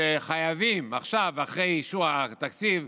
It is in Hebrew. שחייבים עכשיו, אחרי אישור התקציב,